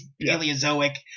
Paleozoic